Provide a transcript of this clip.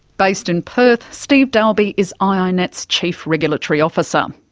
based in perth, steve dalby is ah ah iinet's chief regulatory officer. um